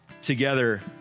together